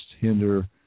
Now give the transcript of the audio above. hinder